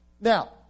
Now